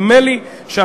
מכובדי סגל